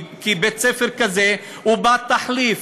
כי בית-ספר כזה בא כתחליף,